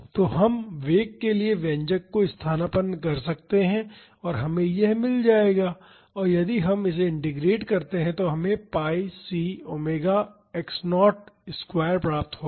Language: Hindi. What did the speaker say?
तो हम वेग के लिए व्यंजक को स्थानापन्न कर सकते हैं और हमें यह मिल जाएगा और यदि हम इसे इंटीग्रेट करते हैं तो हमें pi c omega x0 square प्राप्त होगा